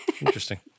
Interesting